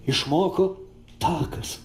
išmoko takas